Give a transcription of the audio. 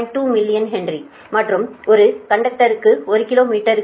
2 millihenry மற்றும் ஒரு கண்டக்டருக்கு ஒரு கிலோ மீட்டருக்கு கொள்ளளவு 0